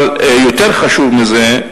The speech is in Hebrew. אבל יותר חשוב מזה,